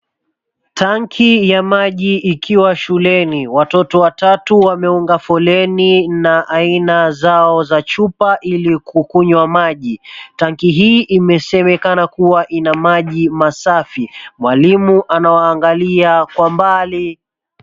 Tanki ya maji ikiwa shuleni. Watoto watatu wameunga foreni na ainazao za chupa ili kukunywa maji. Tanki hii inaonyeshana kuwa ina maji masafi. Mwalimu anawaangalia kwa mbali.